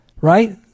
Right